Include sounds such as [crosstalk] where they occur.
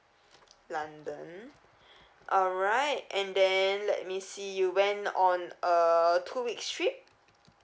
london [breath] alright and then let me see you went on a two weeks trip